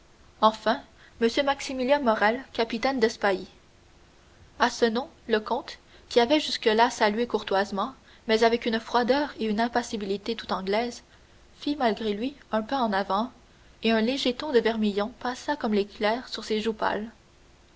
enfin m maximilien morrel capitaine de spahis à ce nom le comte qui avait jusque-là salué courtoisement mais avec une froideur et une impassibilité tout anglaises fit malgré lui un pas en avant et un léger ton de vermillon passa comme l'éclair sur ses joues pâles